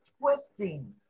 twisting